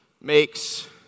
makes